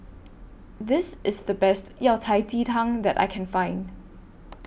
This IS The Best Yao Cai Ji Tang that I Can Find